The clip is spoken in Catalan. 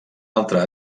altre